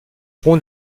pont